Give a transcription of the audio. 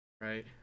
Right